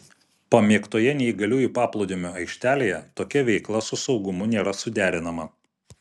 pamėgtoje neįgaliųjų paplūdimio aikštelėje tokia veikla su saugumu nėra suderinama